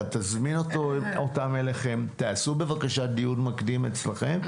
אתה תזמין אותו אותם אליכם תעשו בבקשה דיון מקדים אצלכם,